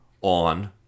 on